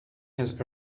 his